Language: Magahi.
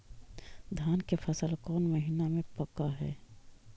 धान के फसल कौन महिना मे पक हैं?